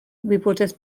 wybodaeth